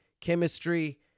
chemistry